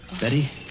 Betty